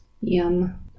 yum